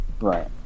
right